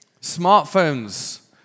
Smartphones